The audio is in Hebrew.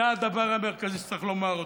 זה הדבר המרכזי שצריך לומר אותו.